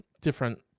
different